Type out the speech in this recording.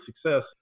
success